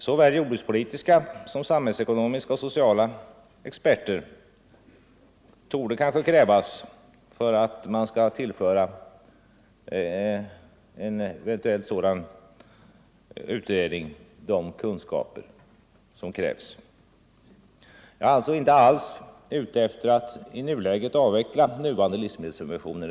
Såväl jordbrukspolitiska som samhällsekonomiska och sociala experter måste kanske få tillföra en sådan utredning sina expertkunskaper. Jag är alltså inte alls ute efter att i nuläget avveckla nuvarande livs medelssubventioner.